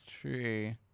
true